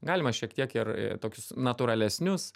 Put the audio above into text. galima šiek tiek ir tokius natūralesnius